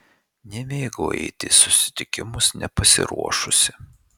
nemėgau eiti į susitikimus nepasiruošusi